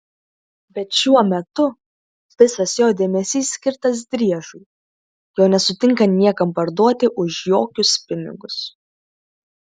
bet šiuo metu visas jo dėmesys skirtas driežui jo nesutinka niekam parduoti už jokius pinigus